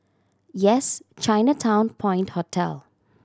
Yes Chinatown Point Hotel